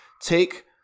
take